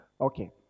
Okay